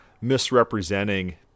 misrepresenting